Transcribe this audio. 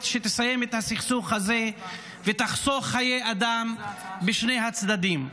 שתסיים את הסכסוך הזה ותחסוך חיי אדם משני הצדדים.